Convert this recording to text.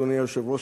אדוני היושב-ראש,